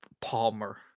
Palmer